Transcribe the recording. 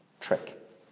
trick